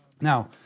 Now